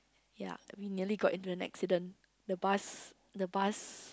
ya we nearly got into an accident the bus the bus